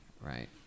right